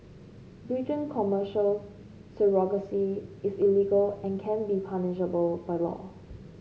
Britain Commercial surrogacy is illegal and can be punishable by law